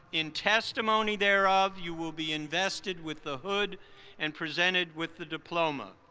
in testimony thereof, you will be invested with the hood and presented with the diploma.